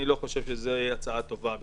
אני לא חושב שזאת הצעה טובה בכלל.